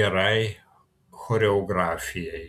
gerai choreografijai